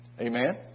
Amen